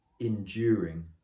enduring